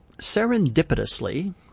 serendipitously